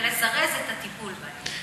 ולזרז את הטיפול בהם?